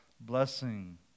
blessing